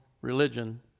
religion